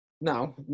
No